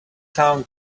town